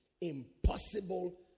impossible